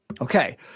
Okay